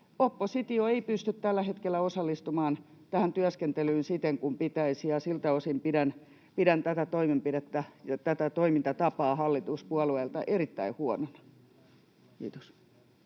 oppositio ei pysty tällä hetkellä osallistumaan tähän työskentelyyn siten kuin pitäisi, ja siltä osin pidän tätä toimintatapaa hallituspuolueilta erittäin huonona. — Kiitos.